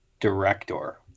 director